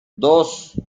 dos